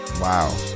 Wow